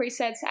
presets